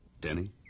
Denny